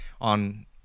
on